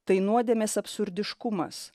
tai nuodėmės absurdiškumas